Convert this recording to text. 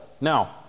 Now